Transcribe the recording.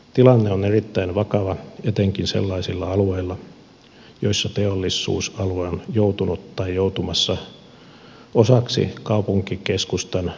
tilanne on erittäin vakava etenkin sellaisilla alueilla joilla teollisuusalue on joutunut tai joutumassa osaksi kaupunkikeskustan laajenemisaluetta